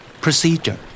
Procedure